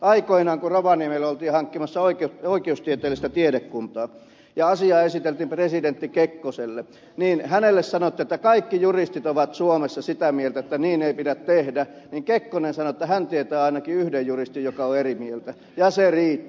aikoinaan kun rovaniemelle oltiin hankkimassa oikeustieteellistä tiedekuntaa ja asia esiteltiin presidentti kekkoselle niin hänelle sanottiin että kaikki juristit ovat suomessa sitä mieltä että niin ei pidä tehdä ja kekkonen sanoi että hän tietää ainakin yhden juristin joka on eri mieltä ja se riitti